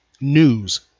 news